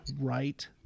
right